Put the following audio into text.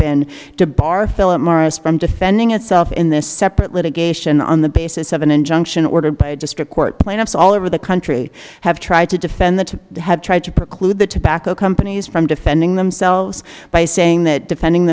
been to bar philip morris from defending itself in this separate litigation on the basis of an injunction ordered by a district court plaintiffs all over the country have tried to defend the have tried to preclude the tobacco companies from defending themselves by saying that defending